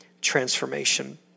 transformation